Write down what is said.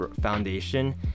Foundation